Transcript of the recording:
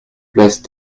place